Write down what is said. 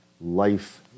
life